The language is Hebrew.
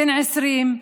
בן 20,